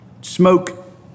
smoke